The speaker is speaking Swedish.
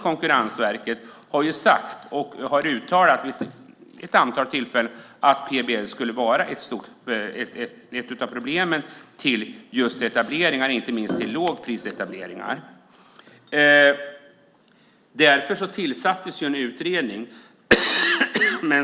Konkurrensverket har vid ett antal tillfällen uttalat att PBL skulle vara ett problem för etableringar, inte minst för lågprisetableringar. Därför tillsattes en utredning.